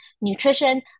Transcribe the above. nutrition